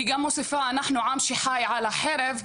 היא גם מוסיפה אנחנו עם שחי על החרב,